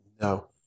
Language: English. No